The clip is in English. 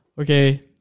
okay